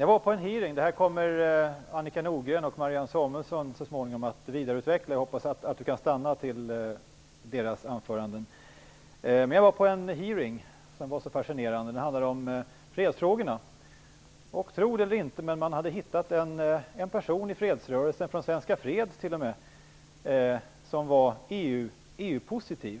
Jag var på en hearing som var så fascinerande. Annika Nordgren och Marianne Samuelsson kommer så småningom att vidareutveckla detta, så jag hoppas att Sten Tolgfors har möjlighet att stanna kvar och höra deras anföranden. Hearingen handlade om fredsfrågorna. Tro det eller inte, men man hade hittat en person i fredsrörelsen, från Svenska Freds t.o.m., som var EU-positiv.